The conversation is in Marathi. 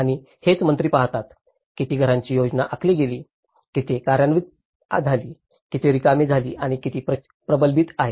आणि हेच मंत्री पाहतात किती घरांची योजना आखली गेली किती कार्यान्वित झाली किती रिकामे झाली आणि किती प्रलंबित आहेत